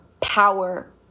power